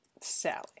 Sally